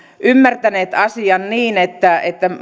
ymmärtäneet asian niin että että